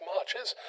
Marches